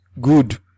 good